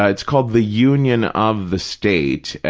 ah it's called the union of the state.